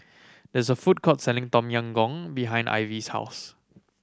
there is a food court selling Tom Yam Goong behind Ivey's house